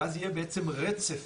ואז יהיה בעצם רצף